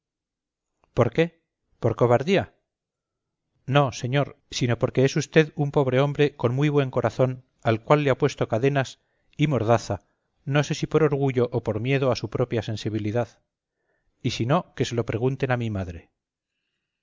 por qué por cobardía no señor sino porque es usted un pobre hombre con muy buen corazón al cual le ha puesto cadenas y mordaza no sé si por orgullo o por miedo a su propia sensibilidad y si no que se lo pregunten a mi madre